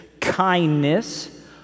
kindness